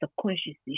subconsciously